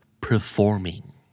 performing